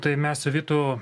tai mes su vytu